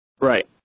Right